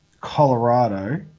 Colorado